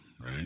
Right